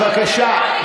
בבקשה, בבקשה.